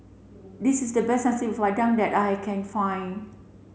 this is the best Nasi Padang that I can find